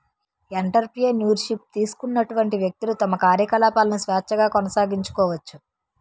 entrepreneur ship తీసుకున్నటువంటి వ్యక్తులు తమ కార్యకలాపాలను స్వేచ్ఛగా కొనసాగించుకోవచ్చు